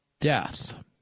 death